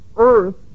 earth